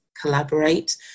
collaborate